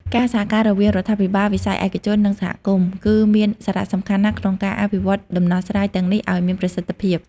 ការសហការរវាងរដ្ឋាភិបាល វិស័យឯកជន និងសហគមន៍ គឺមានសារៈសំខាន់ណាស់ក្នុងការអនុវត្តដំណោះស្រាយទាំងនេះឲ្យមានប្រសិទ្ធភាព។